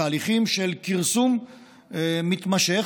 תהליכים של כרסום מתמשך,